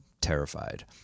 terrified